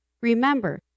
remember